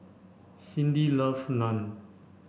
Cyndi loves Naan